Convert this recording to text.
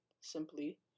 simply